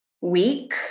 week